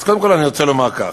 אז קודם כול, אני רוצה לומר כך: